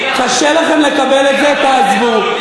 קשה לכם לקבל את זה, תעזבו.